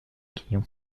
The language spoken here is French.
guillon